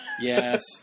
Yes